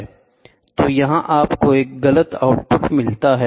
तो यहाँ आपको एक गलत आउटपुट मिलता है